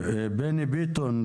בני ביטון,